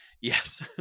Yes